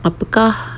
apakah